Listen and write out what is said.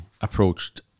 approached